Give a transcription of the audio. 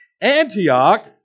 Antioch